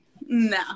No